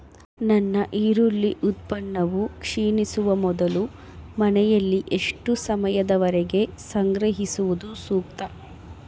ನನ್ನ ಈರುಳ್ಳಿ ಉತ್ಪನ್ನವು ಕ್ಷೇಣಿಸುವ ಮೊದಲು ಮನೆಯಲ್ಲಿ ಎಷ್ಟು ಸಮಯದವರೆಗೆ ಸಂಗ್ರಹಿಸುವುದು ಸೂಕ್ತ?